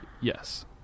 Yes